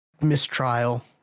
Mistrial